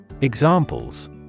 Examples